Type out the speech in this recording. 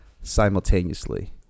simultaneously